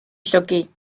llwgu